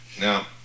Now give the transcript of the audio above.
Now